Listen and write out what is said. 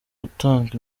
utanga